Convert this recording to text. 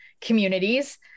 communities